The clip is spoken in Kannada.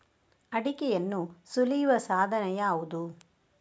ಅಡಿಕೆಯನ್ನು ಸುಲಿಯುವ ಸಾಧನ ಯಾವುದು?